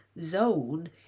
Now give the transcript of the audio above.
zone